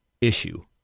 issue